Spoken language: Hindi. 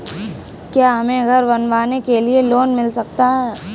क्या हमें घर बनवाने के लिए लोन मिल सकता है?